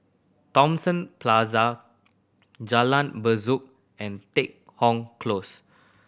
Thomson Plaza Jalan Besut and Deat Hong Close